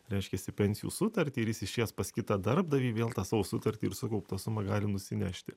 reiškias į pensijų sutartį ir jis išėjęs pas kitą darbdavį vėl tą savo sutartį ir sukauptą sumą gali nusinešti